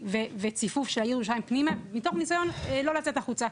וציפוף של העיר ירושלים פנימה מתוך ניסיון לא לצאת החוצה.